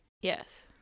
Yes